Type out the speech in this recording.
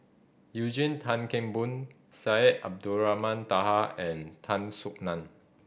Eugene Tan Kheng Boon Syed Abdulrahman Taha and Tan Soo Nan